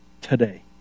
today